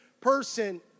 person